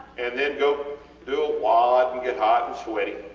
and then go do a wod and get hot and sweaty